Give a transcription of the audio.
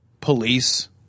police